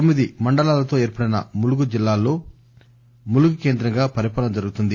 తొమ్మిది మండలాలతో ఏర్పడిన ములుగు జిల్లాలో ములుగు కేంద్రంగా పరిపాలన సాగుతుంది